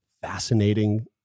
fascinating